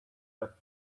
left